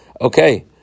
Okay